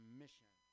mission